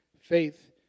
faith